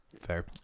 Fair